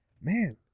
Man